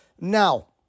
Now